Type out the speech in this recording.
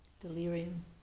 delirium